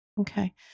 Okay